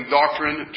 doctrine